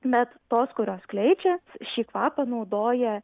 bet tos kurios skleidžia šį kvapą naudoja